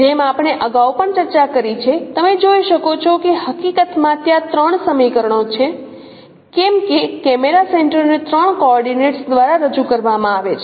જેમ આપણે અગાઉ પણ ચર્ચા કરી છે તમે જોઈ શકો છો કે હકીકતમાં ત્યાં ત્રણ સમીકરણો છે કેમ કે કેમેરા સેન્ટર ને ત્રણ કોઓર્ડિનેટ્સ દ્વારા રજૂ કરવામાં આવે છે